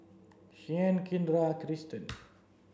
Shianne Kindra and Kristian